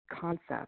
concept